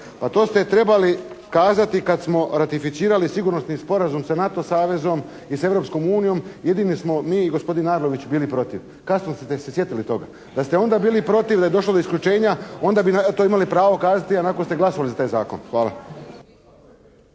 Pa to ste trebali kazati kada smo ratificirali sigurnosni sporazum sa NATO savezom i s Europskom unijom. Jedino smo mi i gospodin Arlović bili protiv, kasno ste se sjetili toga. Da ste onda bili protiv i da je došlo do isključenja onda bi to imali pravo kazati, a ovako ste glasali za taj zakon. Hvala.